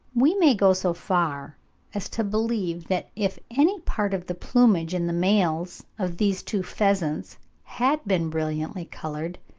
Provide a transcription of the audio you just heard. we may go so far as to believe that if any part of the plumage in the males of these two pheasants had been brilliantly coloured,